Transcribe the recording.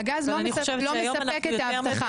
והגז לא מספק את ההבטחה.